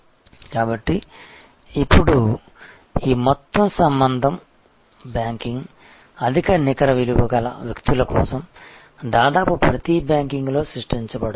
కాబట్టి ఇప్పుడు ఈ మొత్తం సంబంధ బ్యాంకింగ్ అధిక నికర విలువ గల వ్యక్తుల కోసం దాదాపు ప్రతి బ్యాంకింగ్లో సృష్టించబడుతుంది